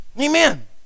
Amen